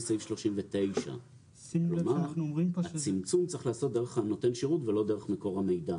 סעיף 39". הצמצום צריך להיעשות דרך נותן השירות ולא דרך מקור המידע.